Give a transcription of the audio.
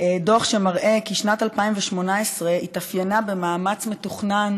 דוח שמראה כי שנת 2018 התאפיינה במאמץ מתוכנן